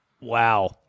Wow